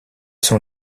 sont